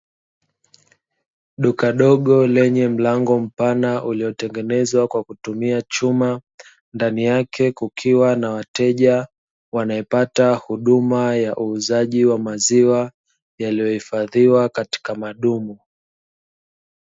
Duka dogo lenye mlango mpana uliotengenezwa kwa kutumia chuma, ndani yake kukiwa na wateja wanaopata huduma ya uuzaji wa maziwa yaliyohifadhiwa katika madumu.